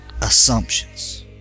assumptions